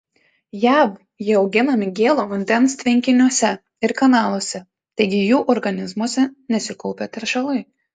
jav jie auginami gėlo vandens tvenkiniuose ir kanaluose taigi jų organizmuose nesikaupia teršalai